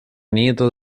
nieto